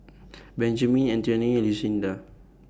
Benjamine Antionette and Lucinda